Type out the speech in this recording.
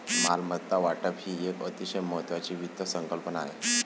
मालमत्ता वाटप ही एक अतिशय महत्वाची वित्त संकल्पना आहे